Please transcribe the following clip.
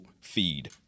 feed